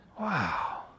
Wow